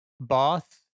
Bath